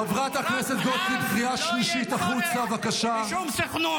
חבר הכנסת טיבי, משפט אחרון.